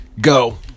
go